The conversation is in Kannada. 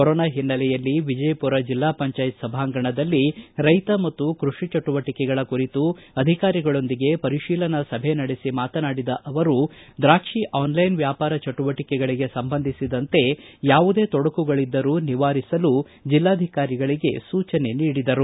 ಕೊರೊನಾ ಹಿನ್ನಲೆಯಲ್ಲಿ ವಿಜಯಪುರ ಜಿಲ್ಲಾ ಪಂಚಾಯತ್ ಸಭಾಂಗಣದಲ್ಲಿ ರೈತ ಮತ್ತು ಕೈಷಿ ಚಟುವಟಿಕೆಗಳ ಕುರಿತು ಅಧಿಕಾರಿಗಳೊಂದಿಗೆ ಪರಿತೀಲನಾ ಸಭೆ ನಡೆಸಿ ಮಾತನಾಡಿದ ಅವರು ದ್ರಾಕ್ಷಿ ಆನ್ ಲೈನ್ ವ್ಯಾಪಾರ ಚಟುವಟಿಕೆಗಳಿಗೆ ಸಂಬಂಧಿಸಿದಂತೆ ಯಾವುದೇ ತೊಡಕುಗಳಿದ್ದರೂ ನಿವಾರಿಸಲು ಜಿಲ್ಲಾಧಿಕಾರಿಗೆ ಸೂಚನೆ ನೀಡಿದರು